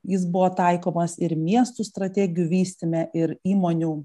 jis buvo taikomas ir miestų strategijų vystyme ir įmonių